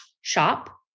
shop